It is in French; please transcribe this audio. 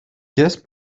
pièces